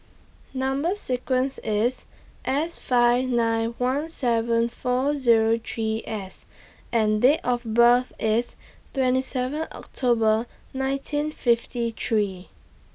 Number sequence IS S five nine one seven four Zero three S and Date of birth IS twenty seven October nineteen fifty three